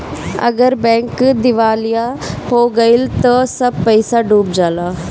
अगर बैंक दिवालिया हो गइल त सब पईसा डूब जाला